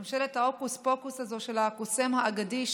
ממשלת ההוקוס-פוקוס הזאת של הקוסם האגדי,